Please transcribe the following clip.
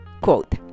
quote